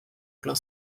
plein